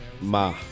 Ma